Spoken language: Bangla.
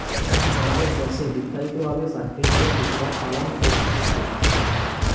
আমাদের দ্যাশে বিস্তারিত ভাবে সাস্টেইনেবল কৃষিকাজ পালন করতিছে